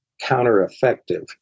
counter-effective